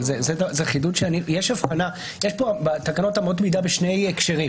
יש בתקנות אמות מידה בשני הקשרים.